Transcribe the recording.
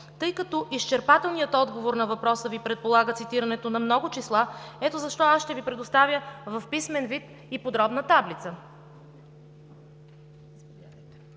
Тъй като изчерпателният отговор на въпроса Ви предполага цитирането на много числа, аз ще Ви предоставя в писмен вид и подробна таблица.